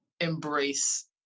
embrace